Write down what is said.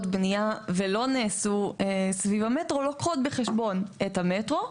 בנייה ולא נעשו סביב המטרו לוקחות בחשבון את המטרו,